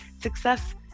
success